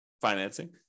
financing